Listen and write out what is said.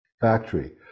factory